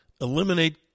eliminate